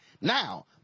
Now